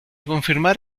confirmar